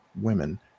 women